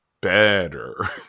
better